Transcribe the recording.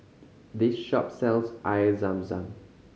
this shop sells Air Zam Zam